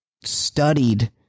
studied